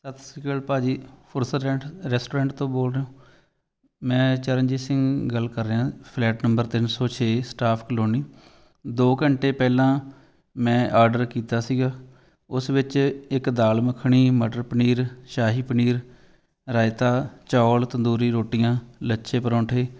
ਸਤਿ ਸ਼੍ਰੀ ਅਕਾਲ ਭਾਅ ਜੀ ਫੁਰਸਰੈਂਟ ਰੈਸਟੋਰੈਂਟ ਤੋਂ ਬੋਲ ਰਹੇ ਹੋ ਮੈਂ ਚਰਨਜੀਤ ਸਿੰਘ ਗੱਲ ਕਰ ਰਿਹਾ ਫਲੈਟ ਨੰਬਰ ਤਿੰਨ ਸੌ ਛੇ ਸਟਾਫ ਕਲੋਨੀ ਦੋ ਘੰਟੇ ਪਹਿਲਾਂ ਮੈਂ ਆਡਰ ਕੀਤਾ ਸੀਗਾ ਉਸ ਵਿੱਚ ਇੱਕ ਦਾਲ ਮੱਖਣੀ ਮਟਰ ਪਨੀਰ ਸ਼ਾਹੀ ਪਨੀਰ ਰਾਇਤਾ ਚੌਲ ਤੰਦੂਰੀ ਰੋਟੀਆਂ ਲੱਛੇ ਪਰੌਂਠੇ